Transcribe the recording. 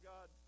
God